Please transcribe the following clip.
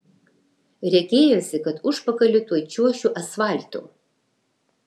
regėjosi kad užpakaliu tuoj čiuošiu asfaltu